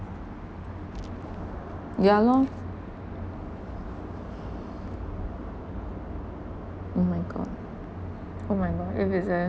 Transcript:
ya lor oh my god oh my god if it's a